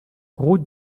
route